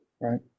Right